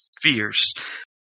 fierce